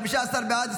15 בעד,